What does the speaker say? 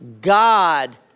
God